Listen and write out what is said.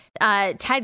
Ted